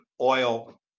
oil